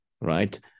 Right